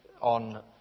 on